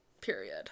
period